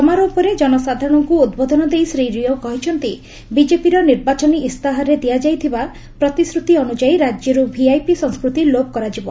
ସମାରୋହ ପରେ ଜନସାଧାରଣଙ୍କୁ ଉଦ୍ବୋଧନ ଦେଇ ଶ୍ରୀ ରିଓ କହିଛନ୍ତି ବିଜେପିର ନିର୍ବାଚନୀ ଇସ୍ତାହାରରେ ଦିଆଯାଇଥିବା ପ୍ରତିଶ୍ରତି ଅନୁଯାୟୀ ରାଜ୍ୟରୁ ଭିଆଇପି ସଂସ୍କୃତି ଲୋପ୍ କରାଯିବ